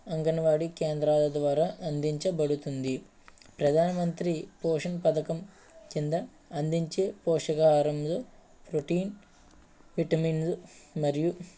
అంగనవాడి కేంద్రాల ద్వారా అందించబడుతుంది ప్రధానమంత్రి పోషన్ పథకం కింద అందించే పోషకాహారంలో ప్రోటీన్ విటమిన్లు మరియు